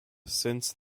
since